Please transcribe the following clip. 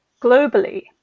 globally